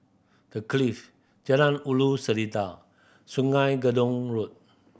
The Clift Jalan Ulu Seletar Sungei Gedong Road